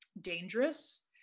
dangerous